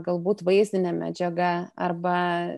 galbūt vaizdinė medžiaga arba